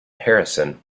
harrison